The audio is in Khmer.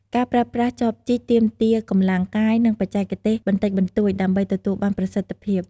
ការប្រើប្រាស់ចបជីក ទាមទារកម្លាំងកាយ និងបច្ចេកទេសបន្តិចបន្តួច ដើម្បីទទួលបានប្រសិទ្ធភាព។